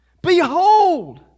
Behold